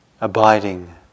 abiding